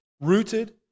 rooted